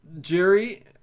Jerry